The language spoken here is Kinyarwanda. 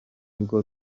bwo